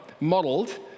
modeled